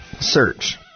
search